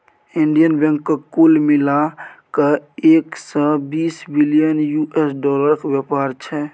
Indian बैंकक कुल मिला कए एक सय बीस बिलियन यु.एस डालरक बेपार छै